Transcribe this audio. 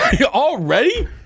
Already